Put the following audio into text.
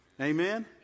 amen